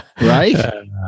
right